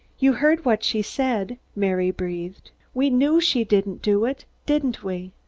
you heard what she said? mary breathed. we knew she didn't do it, didn't we?